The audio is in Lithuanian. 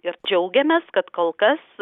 ir džiaugiamės kad kol kas